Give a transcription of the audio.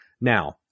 Now